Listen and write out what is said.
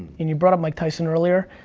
and you brought up mike tyson earlier.